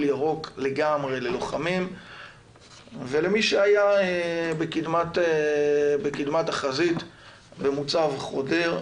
ירוק לגמרי ללוחמים ולמי שהיה בקדמת החזית במוצב חודר,